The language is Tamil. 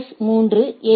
S 3 a